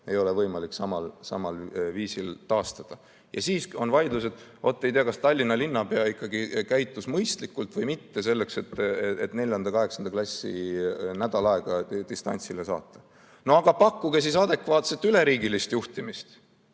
ei ole võimalik samal viisil taastada. Ja siis on vaidlused: oot, ei tea, kas Tallinna linnapea ikkagi käitus mõistlikult või mitte, kui ta 4.–8. klassi nädalaks ajaks distantsõppele saatis. No aga pakkuge siis adekvaatset üleriigilist juhtimist!